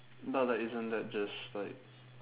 but like isn't that just like